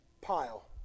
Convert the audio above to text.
pile